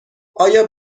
آیا